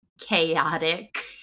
chaotic